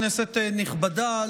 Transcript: כנסת נכבדה,